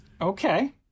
Okay